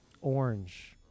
Orange